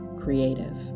creative